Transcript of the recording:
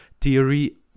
theory